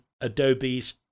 Adobe's